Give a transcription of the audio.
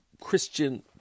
Christian